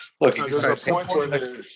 Look